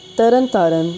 Tarn Taran